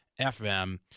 FM